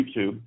YouTube